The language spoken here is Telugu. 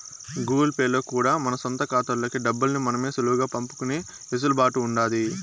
గూగుల్ పే లో కూడా మన సొంత కాతాల్లోకి డబ్బుల్ని మనమే సులువుగా పంపుకునే ఎసులుబాటు ఉండాది